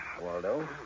Waldo